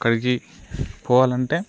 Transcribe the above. అక్కడికి పోవాలంటే